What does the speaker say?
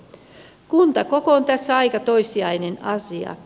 kuntakoko on tässä aika toissijainen asia